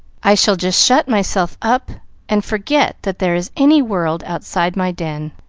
i shall just shut myself up and forget that there is any world outside my den.